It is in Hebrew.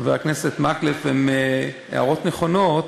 חבר הכנסת מקלב הן הערות נכונות